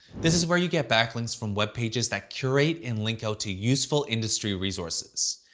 this is where you get backlinks from web pages that curate and link out to useful industry resources.